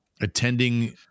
attending